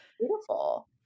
beautiful